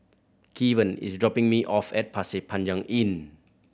Kevan is dropping me off at Pasir Panjang Inn